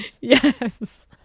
Yes